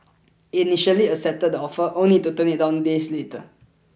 it initially accepted the offer only to turn it down days later